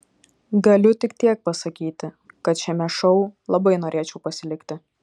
galiu tik tiek pasakyti kad šiame šou labai norėčiau pasilikti